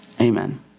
Amen